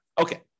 Okay